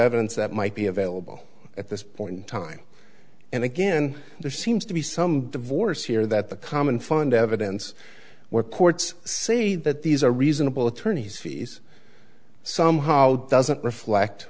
evidence that might be available at this point in time and again there seems to be some divorce here that the common fund evidence where courts say that these are reasonable attorneys fees somehow doesn't reflect